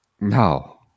No